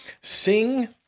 Sing